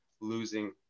losing